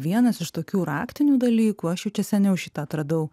vienas iš tokių raktinių dalykų aš jau čia seniau šitą atradau